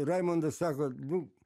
raimondas sako nu